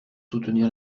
soutenir